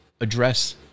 address